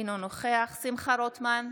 אינו נוכח שמחה רוטמן,